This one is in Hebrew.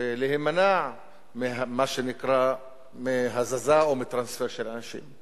ולהימנע ממה שנקרא הזזה או טרנספר של אנשים.